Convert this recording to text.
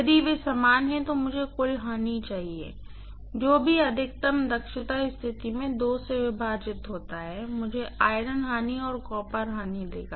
यदि वे समान हैं तो मुझे कुल लॉस चाहिए जो भी अधिकतम दक्षता स्थिति में से विभाजित होता है मुझे आयरन लॉस और कॉपर लॉस देगा